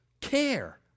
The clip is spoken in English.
care